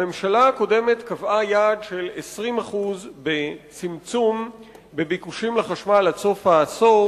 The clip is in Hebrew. הממשלה הקודמת קבעה יעד של 20% בצמצום בביקושים לחשמל עד סוף העשור,